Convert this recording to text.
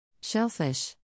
Shellfish